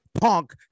punk